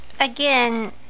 again